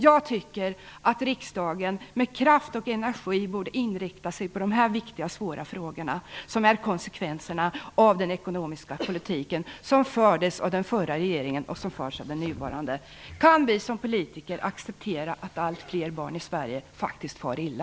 Jag tycker att riksdagen med kraft och energi borde inrikta sig på de här viktiga och svåra frågorna som är konsekvenserna av den ekonomiska politiken som fördes av den förra regeringen och som förs av den nuvarande. Kan vi som politiker acceptera att allt fler barn i Sverige faktiskt far illa?